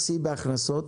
בהכנסות,